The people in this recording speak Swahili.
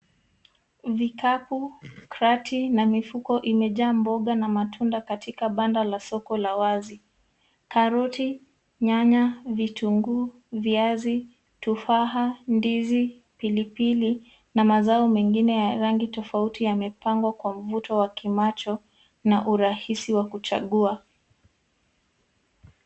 Vikapu , krati na mifuko imejaa mboga na matunda katika banda la soko la wazi. Karoti, nyanya, vitunguu, viazi, tufaha, ndizi, pilipili na mazao mengine ya rangi tofauti yamepangwa kwa mvuto wa kimacho na urahisi wa kuchagua.